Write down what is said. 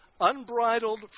unbridled